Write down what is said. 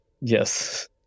yes